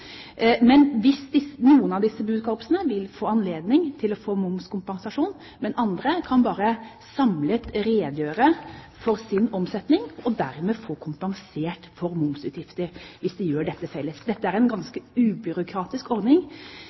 Men noen av disse buekorpsene vil få anledning til å få momskompensasjon, mens andre bare kan få kompensert for momsutgifter hvis de samlet kan redegjøre for sin omsetning – hvis de dermed gjør dette felles. Dette er en ganske ubyråkratisk ordning,